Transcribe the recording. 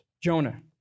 Jonah